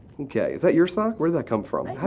okay, is that your sock? where'd that come from? i